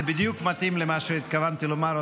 זה בדיוק מתאים למה שהתכוונתי לומר,